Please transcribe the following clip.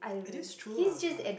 it's true lah but